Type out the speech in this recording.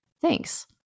Thanks